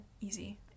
Easy